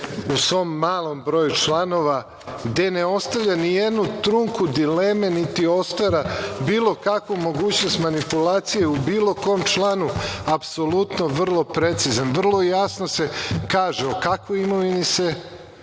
u svom malu broju članova, gde ne ostavlja nijednu trunku dileme, niti otvara bilo kakvu mogućnost manipulacije u bilo kom članu, apsolutno je vrlo precizan. Vrlo jasno se kaže o kakvoj imovini se